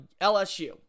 LSU